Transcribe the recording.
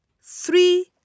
three